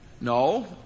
No